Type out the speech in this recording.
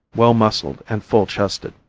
well muscled and full chested.